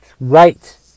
Right